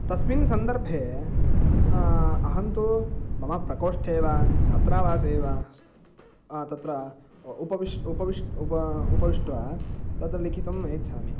तस्मिन् सन्दर्भे अहं तु मम प्रकोष्ठे वा छात्रावासे वा तत्र उपविश् उपविश् उप उपविष्ट्वा तत्र लेखितुम् इच्छामि